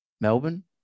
Melbourne